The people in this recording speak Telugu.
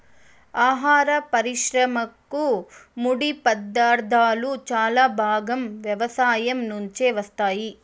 ఆహార పరిశ్రమకు ముడిపదార్థాలు చాలా భాగం వ్యవసాయం నుంచే వస్తాయి